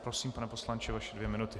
Prosím, pane poslanče, vaše dvě minuty.